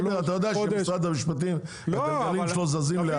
חודש --- אתה יודע שהגלגלים של משרד המשפטים זזים לאט.